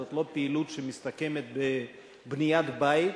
זאת לא פעילות שמסתכמת בבניית בית,